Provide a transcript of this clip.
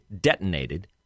detonated